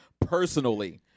personally